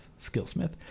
Skillsmith